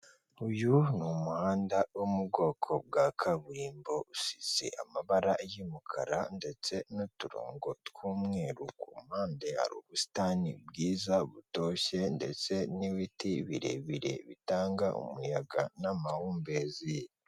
Uyu ni umuhanda wo mu bwoko bwa kaburimbo, usize amabara y'umukara ndetse n'uturongo tw'umweru, ku mpande hari ubusitani bwiza butoshye ndetse n'ibiti birebire bitanga umuyaga n'amahumbezi.